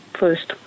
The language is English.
first